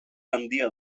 handia